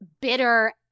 bitter